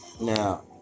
Now